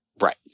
Right